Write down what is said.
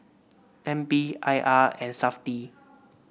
N P I R and Safti